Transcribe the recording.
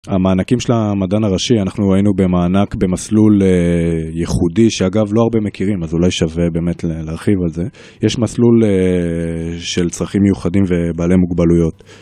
המענקים של המדען הראשי, אנחנו ראינו במענק, במסלול ייחודי, שאגב לא הרבה מכירים, אז אולי שווה באמת להרחיב על זה. יש מסלול של צרכים מיוחדים ובעלי מוגבלויות.